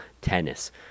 Tennis